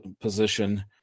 position